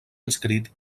inscrit